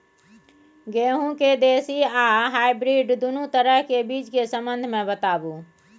गेहूँ के देसी आ हाइब्रिड दुनू तरह के बीज के संबंध मे बताबू?